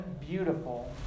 beautiful